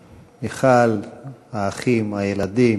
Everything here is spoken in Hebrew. מיכל, האחים, הילדים,